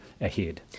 ahead